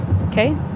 Okay